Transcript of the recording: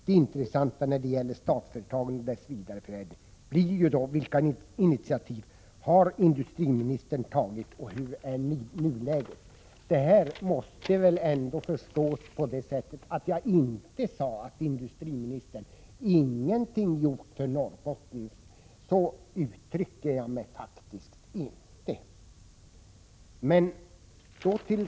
Det intressanta när det gäller Statsföretag och dess vidareförädling blir då följande: Vilka iniatiativ har industriministern tagit och hur är nuläget?” Det här måste väl ändå förstås på det sättet att jag inte sade att industriministern ingenting har gjort för Norrbotten — så uttryckte jag mig faktiskt inte.